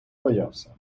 боявся